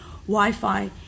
Wi-Fi